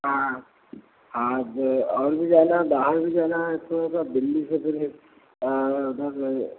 हाँ हाँ अब और भी जाना बाहर भी जाना है तो अगर दिल्ली से फिर उधर